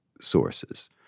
sources